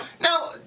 Now